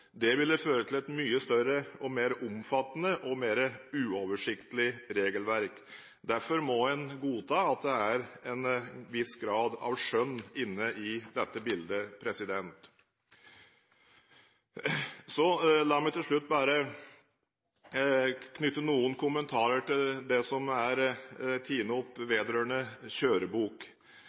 Det ville føre til et mye større, mer omfattende og mer uoversiktlig regelverk. Derfor må en godta at det er en viss grad av skjønn inne i dette bildet. La meg til slutt bare knytte noen kommentarer til det som er tatt opp vedrørende kjørebok.